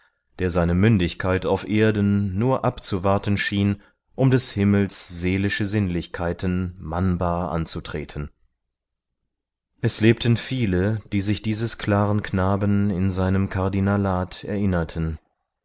der seine mündigkeit auf erden nur abzuwarten schien um des himmels seelische sinnlichkeiten mannbar anzutreten es lebten viele die sich dieses klaren knaben in seinem kardinalat erinnerten